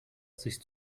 sich